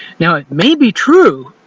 now, it may be true,